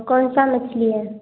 कौन सा मछली है